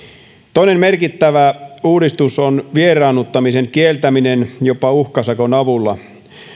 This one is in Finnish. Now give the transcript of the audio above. toinen merkittävä uudistus on vieraannuttamisen kieltäminen jopa uhkasakon avulla